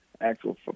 actual